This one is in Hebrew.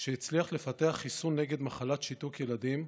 שהצליח לפתח חיסון נגד מחלת שיתוק ילדים,